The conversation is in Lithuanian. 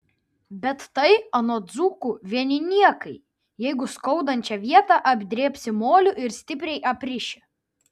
bet tai anot dzūkų vieni niekai jeigu skaudančią vietą apdrėbsi moliu ir stipriai apriši